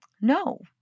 No